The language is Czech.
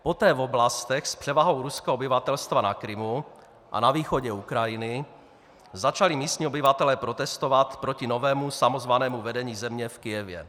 Poté v oblastech s převahou ruského obyvatelstva na Krymu a na východě Ukrajiny začali místní obyvatelé protestovat proti novému samozvanému vedení země v Kyjevě.